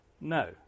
No